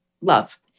love